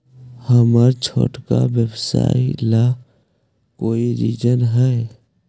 हमर छोटा व्यवसाय ला कोई ऋण हई?